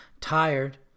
tired